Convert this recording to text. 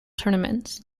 tournaments